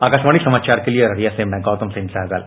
आकाशवाणी समाचार के लिये अररिया से मै गौतम सिंह सहगल